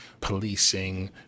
policing